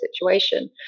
situation